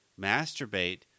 masturbate